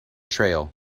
trail